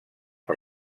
per